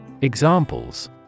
Examples